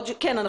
כן,